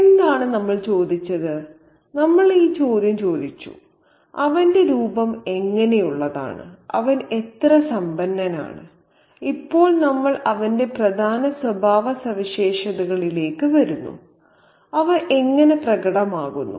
എന്താണ് നമ്മൾ ചോദിച്ചത് നമ്മൾ ഈ ചോദ്യം ചോദിച്ചു അവന്റെ രൂപം എങ്ങനെയുള്ളതാണ് അവൻ എത്ര സമ്പന്നനാണ് ഇപ്പോൾ നമ്മൾ അവന്റെ പ്രധാന സ്വഭാവസവിശേഷതകളിലേക്ക് വരുന്നു അവ എങ്ങനെ പ്രകടമാകുന്നു